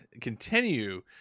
Continue